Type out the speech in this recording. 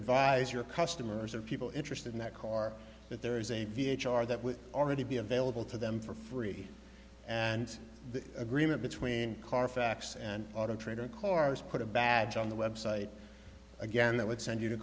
advise your customers or people interested in that car that there is a v h r that will already be available to them for free and the agreement between car facts and auto trader cars put a badge on the website again that would send you to